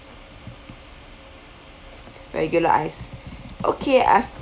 regular ice okay I've